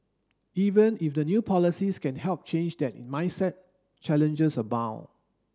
even if the new policies can help change that mindset challenges abound